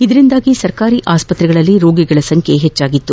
ಇದರಿಂದಾಗಿ ಸರ್ಕಾರಿ ಆಸ್ಪತ್ರೆಗಳಲ್ಲಿ ರೋಗಿಗಳ ಸಂಖ್ಯೆ ಹೆಚ್ಚಾಗಿತ್ತು